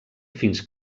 fins